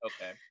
okay